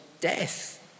death